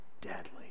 deadly